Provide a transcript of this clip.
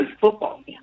football